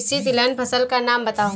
किसी तिलहन फसल का नाम बताओ